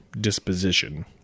disposition